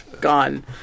gone